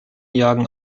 jagen